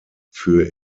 für